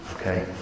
Okay